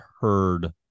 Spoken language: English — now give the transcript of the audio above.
heard